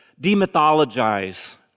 demythologize